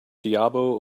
diabo